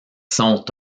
sont